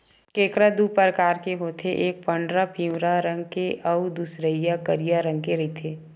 केंकरा दू परकार होथे एक पंडरा पिंवरा रंग के अउ दूसरइया करिया रंग के रहिथे